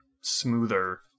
smoother